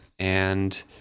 and